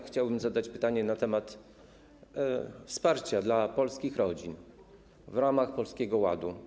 Chciałbym zadać pytanie na temat wsparcia dla polskich rodzin w ramach Polskiego Ładu.